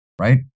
right